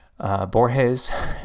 Borges